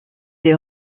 des